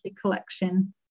collection